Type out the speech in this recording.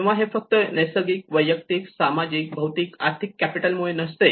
तेव्हा हे फक्त नैसर्गिक वैयक्तिक सामाजिक भौतिक आणि आर्थिक कॅपिटल मुळे नसते